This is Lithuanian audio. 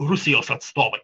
rusijos atstovai